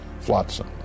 flotsam